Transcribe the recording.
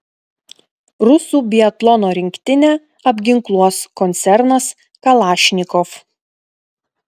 rusų biatlono rinktinę apginkluos koncernas kalašnikov